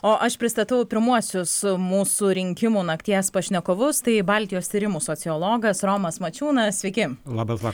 o aš pristatau pirmuosius mūsų rinkimų nakties pašnekovus tai baltijos tyrimų sociologas romas mačiūnas sveiki